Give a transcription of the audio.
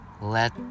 let